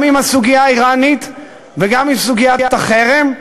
גם עם הסוגיה האיראנית וגם עם סוגיית החרם,